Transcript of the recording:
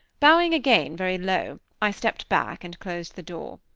bowing again very low, i stepped back, and closed the door.